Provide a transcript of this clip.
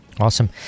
Awesome